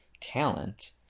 talent